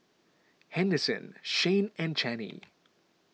Henderson Shayne and Channie